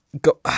go